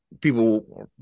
people